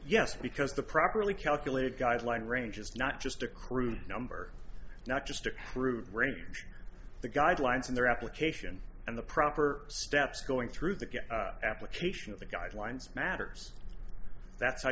yes because the properly calculated guideline range is not just a crude number not just a crude range the guidelines and their application and the proper steps going through the good application of the guidelines matters that's how